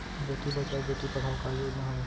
बेटी बचाओ बेटी पढ़ाओ का योजना हवे?